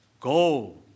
go